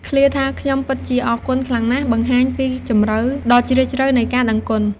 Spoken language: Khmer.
ឃ្លាថា ខ្ញុំពិតជាអរគុណខ្លាំងណាស់ បង្ហាញពីជម្រៅដ៏ជ្រាលជ្រៅនៃការដឹងគុណ។